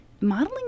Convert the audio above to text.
modeling